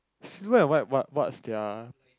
silver white what what what's they're